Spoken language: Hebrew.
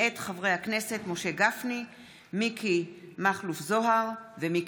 מאת חברי הכנסת יעל גרמן ואיתן